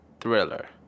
thriller